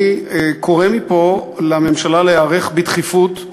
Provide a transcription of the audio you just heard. אני קורא מפה לממשלה להיערך בדחיפות,